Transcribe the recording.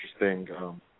Interesting